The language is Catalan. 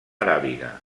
aràbiga